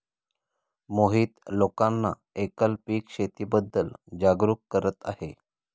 मोहित लोकांना एकल पीक शेतीबद्दल जागरूक करत आहे